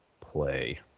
play